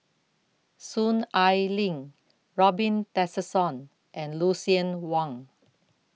Soon Ai Ling Robin Tessensohn and Lucien Wang